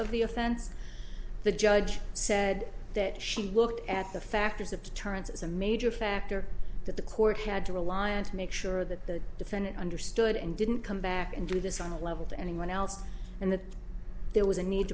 offense the judge said that she looked at the factors of deterrence as a major factor that the court had to rely on to make sure that the defendant understood and didn't come back and do this on a level to anyone else and that there was a need